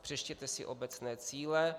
Přečtěte si obecné cíle.